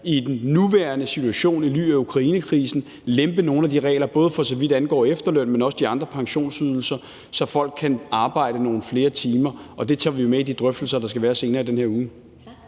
i den nuværende situation i lyset af Ukrainekrisen skal lempe nogle af de regler, både for så vidt angår efterlønnen, men også de andre pensionsydelser, så folk kan arbejde nogle flere timer. Og det tager vi jo med i de drøftelser, der skal være senere i den her uge.